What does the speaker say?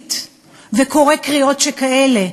שמסית וקורא קריאות כאלה,